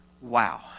Wow